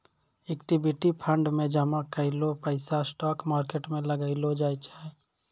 equity fund मे जामा कैलो पैसा स्टॉक मार्केट मे लगैलो जाय छै